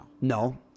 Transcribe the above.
No